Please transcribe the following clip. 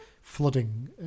flooding